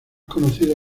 conocido